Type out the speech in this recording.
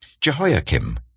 Jehoiakim